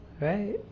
right